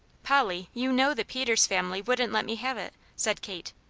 polly, you know the peters family wouldn't let me have it, said kate.